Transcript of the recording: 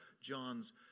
John's